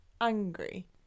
angry